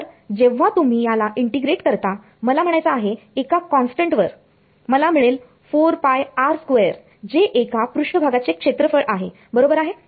तर जेव्हा तुम्ही याला इंटिग्रेट करता मला म्हणायचं आहे एका कॉन्स्टंट वर मला मिळेल जे एका पृष्ठभागाचे क्षेत्रफळ आहे बरोबर आहे